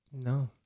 No